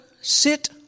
sit